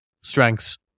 Strengths